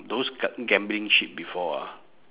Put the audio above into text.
those ga~ gambling ship before ah